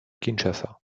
kinshasa